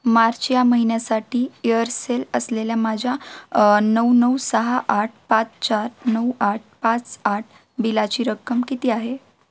मार्च या महिन्यासाठी एअरसेल असलेल्या माझ्या नऊ नऊ सहा आठ पाच चार नऊ आठ पाच आठ बिलाची रक्कम किती आहे